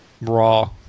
Raw